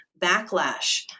backlash